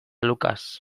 lucas